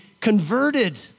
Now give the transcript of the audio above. converted